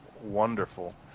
wonderful